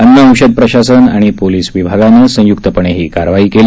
अन्न औषध प्रशासन आणि पोलिस विभागानं संयुक्तपणे ही कारवाई केली